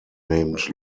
named